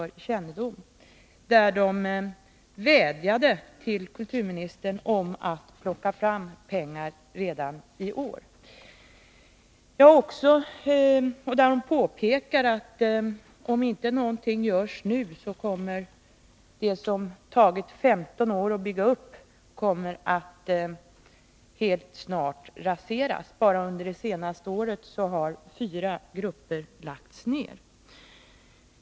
Teatercentrum vädjar till kulturministern om hjälp med pengar redan i år och pekar på att om inte någonting görs nu, så kommer det som tagit 15 år att bygga upp att inom kort raseras. Bara under det senaste året har fyra grupper lagts ner.